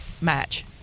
match